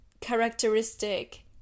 characteristic